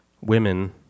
women